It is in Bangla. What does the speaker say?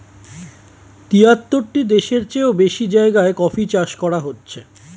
তিয়াত্তরটি দেশের চেও বেশি জায়গায় কফি চাষ করা হচ্ছে